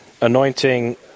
anointing